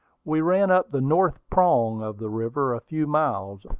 we ran up the north prong of the river a few miles.